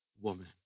woman